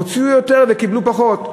הוציאו יותר וקיבלו פחות.